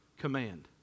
command